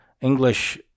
English